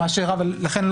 לכן,